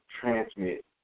transmit